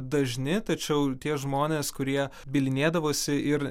dažni tačiau tie žmonės kurie bylinėdavosi ir